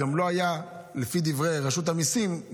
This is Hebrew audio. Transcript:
לפי דברי רשות המיסים,